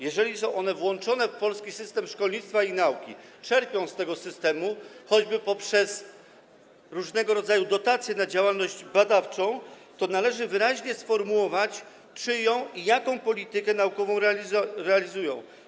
Jeżeli są one włączone do polskiego systemu szkolnictwa i nauki i czerpią z tego systemu choćby poprzez różnego rodzaju dotacje na działalność badawczą, to należy wyraźnie sformułować, czyją i jaką politykę naukową realizują.